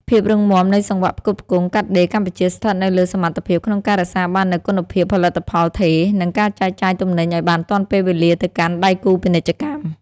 ភាពរឹងមាំនៃសង្វាក់ផ្គត់ផ្គង់កាត់ដេរកម្ពុជាស្ថិតនៅលើសមត្ថភាពក្នុងការរក្សាបាននូវគុណភាពផលិតផលថេរ និងការចែកចាយទំនិញឱ្យបានទាន់ពេលវេលាទៅកាន់ដៃគូពាណិជ្ជកម្ម។